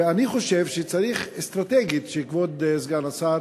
ואני חושב שצריך אסטרטגית שכבוד סגן השר